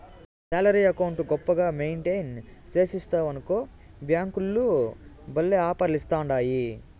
salary account గొప్పగా maintain సేస్తివనుకో బ్యేంకోల్లు భల్లే ఆపర్లిస్తాండాయి